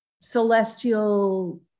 celestial